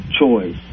choice